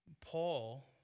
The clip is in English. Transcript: Paul